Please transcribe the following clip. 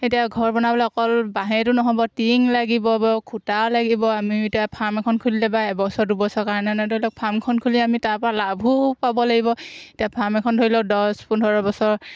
এতিয়া ঘৰ বনাবলৈ অকল বাঁহেইটো নহ'ব টিং লাগিব খুটাও লাগিব আমি এতিয়া ফাৰ্ম এখন খুলিলে বাৰু এবছৰ দুবছৰ কাৰণে নহয় ধৰি লওক ফাৰ্মখন খুলি আমি তাৰপৰা লাভো পাব লাগিব এতিয়া ফাৰ্ম এখন ধৰি লওক দহ পোন্ধৰ বছৰ